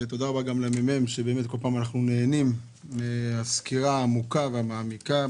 ותודה רבה גם לממ"מ שכל פעם מחדש אנחנו נהנים מהסקירה העמוקה והמעמיקה.